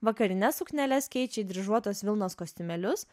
vakarines sukneles keičia į dryžuotos vilnos kostiumėlius